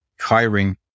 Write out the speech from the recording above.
hiring